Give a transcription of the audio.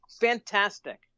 Fantastic